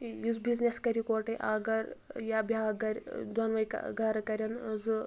یُس بِزنٮ۪س کَرِ اِکہٕ وَٹے یا اکھ گرٕ یا بیاکھ گرٕ دوٚنوے گرٕ کَرن زٕ